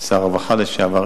שר הרווחה לשעבר,